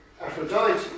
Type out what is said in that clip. Aphrodite